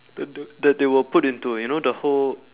the the the they will put into you know the whole